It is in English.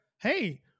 hey